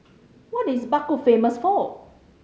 what is Baku famous for